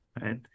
right